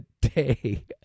day